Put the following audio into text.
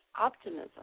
optimism